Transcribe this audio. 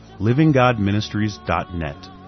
livinggodministries.net